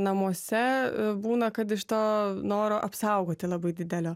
namuose būna kad iš to noro apsaugoti labai didelio